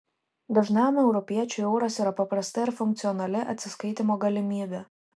dažnam europiečiui euras yra paprasta ir funkcionali atsiskaitymo galimybė